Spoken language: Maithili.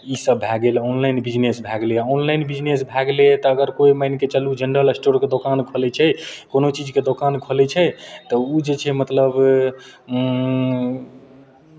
इसभ भए गेल ऑनलाइन बिजनेस भए गेलै ऑनलाइन बिजनेस भए गेलैए तऽ अगर कोइ मानि कऽ चलू जनरल स्टोरके दोकान खोलै छै कोनो चीजके दोकान खोलै छै तऽ ओ जे छै मतलब